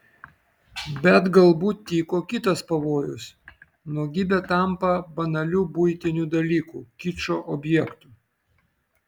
bet galbūt tyko kitas pavojus nuogybė tampa banaliu buitiniu dalyku kičo objektu